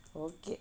okay